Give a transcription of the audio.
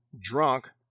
drunk